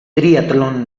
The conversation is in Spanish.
triatlón